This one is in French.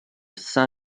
saint